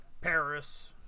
Paris